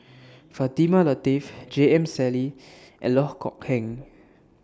Fatimah Lateef J M Sali and Loh Kok Heng